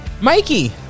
Mikey